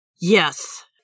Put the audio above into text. Yes